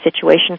situation